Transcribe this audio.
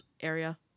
area